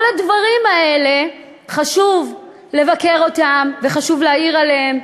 את כל הדברים האלה חשוב לבקר וחשוב להעיר עליהם.